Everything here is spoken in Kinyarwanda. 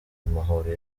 amahoro